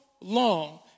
long